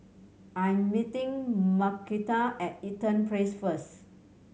I am meeting Markita at Eaton Place first